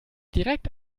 direkt